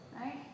right